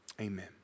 Amen